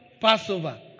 Passover